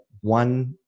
one